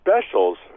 specials